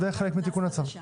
זה חלק מתיקון הצו.